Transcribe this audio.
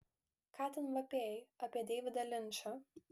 ką ten vapėjai apie deividą linčą